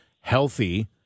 healthy